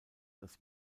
das